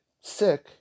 sick